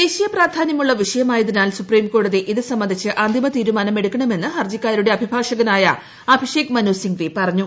ദേശീയ പ്രാധാന്യമുള്ള വിഷയമായതിനാൽ സുപ്രീംകോടതി ഇത് സംബന്ധിച്ച് അന്തിമ തീരുമാനം എടുക്കണമെന്ന് ഹർജിക്കാരുടെ അഭിഭാഷകനായ അഭിഷേക് മനു സിംഗ്വി പറഞ്ഞു